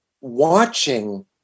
watching